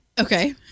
Okay